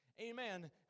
Amen